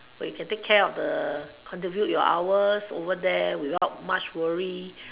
or you can take care of the contribute your hours over there without much worry